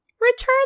return